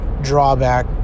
drawback